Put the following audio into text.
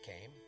came